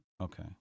Okay